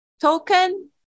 token